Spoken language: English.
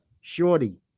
Shorty